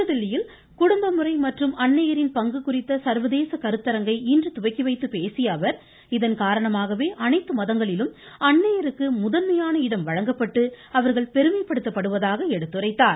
புதுதில்லியில் குடும்பமுறை மற்றும் அன்னையரின் பங்கு குறித்த சர்வதேச கருத்தரங்கை இன்று துவக்கி வைத்து பேசிய அவர் இதன் காரணமாகவே அனைத்து மதங்களிலும் அன்னையருக்கு முதன்மையான இடம் வழங்கப்பட்டு அவர்கள் பெருமைப்படுத்தப்படுவதாக எடுத்துரைத்தார்